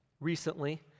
Recently